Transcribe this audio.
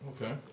Okay